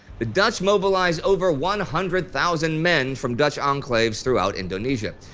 the dutch mobilize over one hundred thousand men from dutch enclaves throughout indonesia.